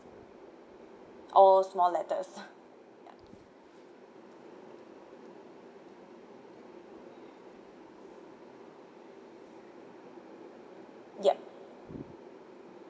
all small letters ya yup